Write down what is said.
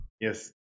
Yes